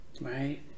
Right